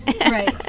right